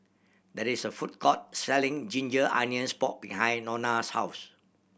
there is a food court selling ginger onions pork behind Nona's house